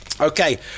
Okay